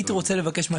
אני רוצה להתייחס.